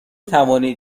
توانید